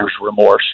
remorse